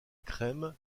crème